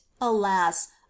alas